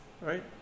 right